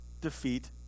defeat